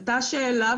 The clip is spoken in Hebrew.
עלתה שאלה,